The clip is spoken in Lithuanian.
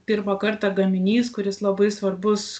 pirmą kartą gaminys kuris labai svarbus